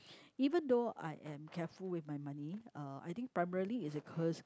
even though I am careful with my money I think primarily is because